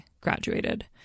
graduated